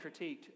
critiqued